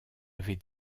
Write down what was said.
avait